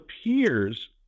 appears